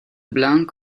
blanc